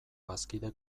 bazkide